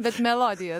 bet melodija